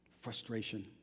Frustration